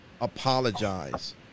apologize